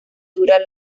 dura